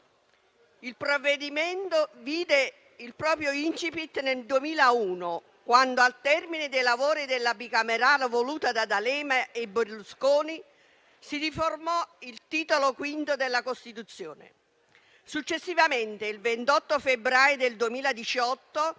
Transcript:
Il provvedimento vide il proprio *incipit* nel 2001, quando, al termine dei lavori della bicamerale voluta da D'Alema e Berlusconi, si riformò il Titolo V della Costituzione. Successivamente, il 28 febbraio 2018,